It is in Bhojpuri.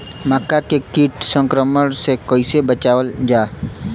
मक्का के कीट संक्रमण से कइसे बचावल जा?